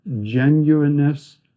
genuineness